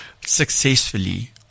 Successfully